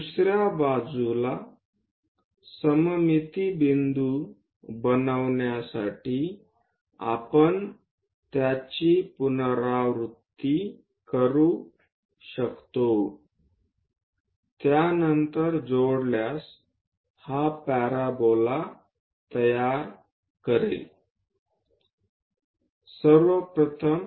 दुसर्या बाजुला सममिती बिंदू बनवण्यासाठी आपण त्याची पुनरावृत्ती करू शकतो त्यानंतरच जोडल्यास हा पॅरोबोला तयार करेल